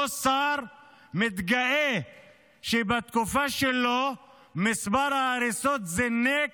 אותו שר מתגאה שבתקופה שלו מספר ההריסות זינק,